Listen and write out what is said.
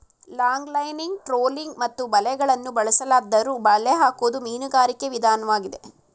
longlining trolling ಮತ್ತು ಬಲೆಗಳನ್ನು ಬಳಸಲಾದ್ದರೂ ಬಲೆ ಹಾಕೋದು ಮೀನುಗಾರಿಕೆ ವಿದನ್ವಾಗಿದೆ